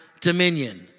dominion